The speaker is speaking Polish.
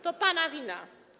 To pana wina.